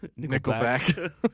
Nickelback